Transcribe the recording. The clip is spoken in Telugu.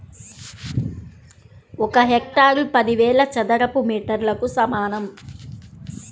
ఒక హెక్టారు పదివేల చదరపు మీటర్లకు సమానం